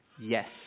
yes